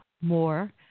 more